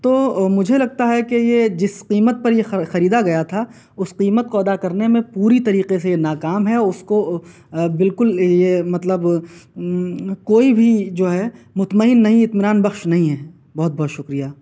تو مجھے لگتا ہے کہ یہ جس قیمت پر یہ خریدا گیا تھا اُس قیمت کو ادا کرنے میں پوری طریقے سے یہ ناکام ہے اُس کو بالکل یہ مطلب کوئی بھی جو ہے مطمئن نہیں اطمینان بخش نہیں ہے بہت بہت شُکریہ